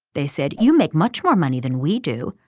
they said. you make much more money than we do.